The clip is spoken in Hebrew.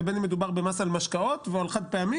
ובין אם מדובר במס על משקאות או על חד פעמי,